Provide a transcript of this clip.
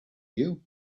you